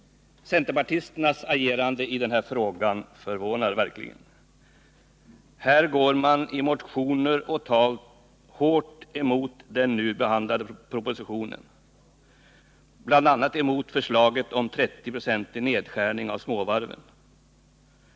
Centerpartisternas agerande i denna fråga förvånar verkligen. Här går de i motioner och tal hårt emot den nu behandlade propositionen, bl.a. emot förslaget om 30-procentig nedskärning av småvarven.